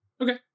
Okay